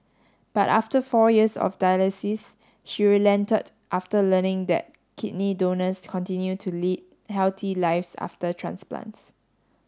but after four years of dialysis she relented after learning that kidney donors continue to lead healthy lives after transplants